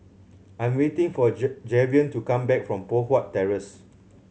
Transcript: I am waiting for J Javion to come back from Poh Huat Terrace